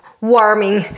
warming